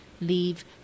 leave